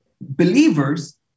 Believers